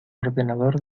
ordenador